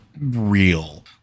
real